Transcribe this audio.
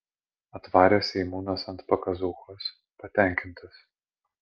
atvarė seimūnas ant pakazūchos patenkintas